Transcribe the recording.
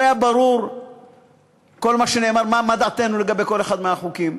הרי היה ברור מכל מה שנאמר מה דעתנו לגבי כל אחד מהחוקים.